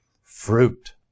fruit